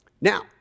Now